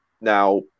now